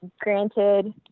Granted